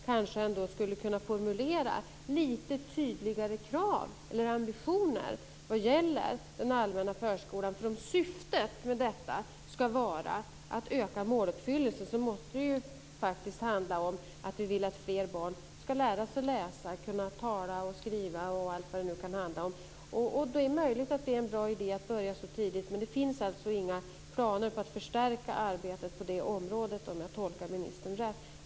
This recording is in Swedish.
Kanske skulle man ändå kunna formulera lite tydligare krav eller ambitioner vad gäller den allmänna förskolan. Om syftet här ska vara att öka måluppfyllelsen måste det faktiskt handla om att vi vill att fler barn ska lära sig att läsa och att fler barn ska kunna tala, skriva etc. Det är möjligt att det är en bra idé att börja så tidigt men det finns alltså, om jag nu tolkar ministern rätt, inga planer på att förstärka arbetet på det området.